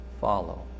follow